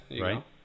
Right